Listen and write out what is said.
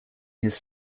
his